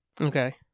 Okay